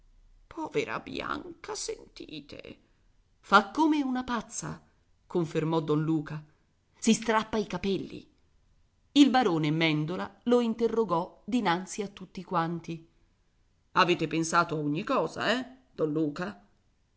povera bianca sentite fa come una pazza confermò don luca si strappa i capelli il barone mèndola lo interrogò dinanzi a tutti quanti avete pensato a ogni cosa eh don luca